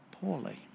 poorly